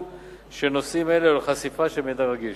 של נושאים אלה או לחשיפה של מידע רגיש.